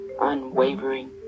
unwavering